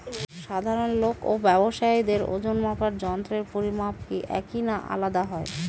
সাধারণ লোক ও ব্যাবসায়ীদের ওজনমাপার যন্ত্রের পরিমাপ কি একই না আলাদা হয়?